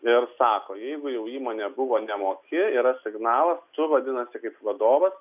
ir sako jeigu jau įmonė buvo nemoki yra signalas tu vadinasi kaip vadovas